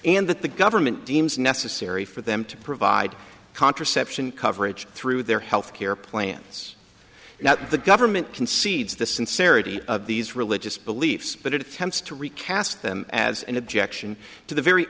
and that the government deems necessary for them to provide contraception coverage through their health care plans now the government concedes the sincerity of these religious beliefs but it attempts to recast them as an objection to the very